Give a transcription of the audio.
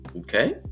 Okay